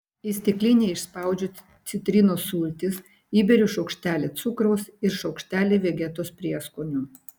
į stiklinę išspaudžiu citrinos sultis įberiu šaukštelį cukraus ir šaukštelį vegetos prieskonių